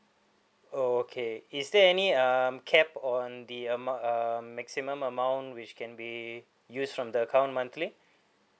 oh okay is there any um cap on the amount um maximum amount which can be used from the account monthly